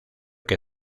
que